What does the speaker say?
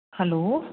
hello